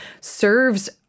serves